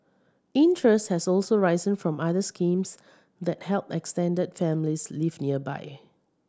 interest has also risen for other schemes that help extended families live nearby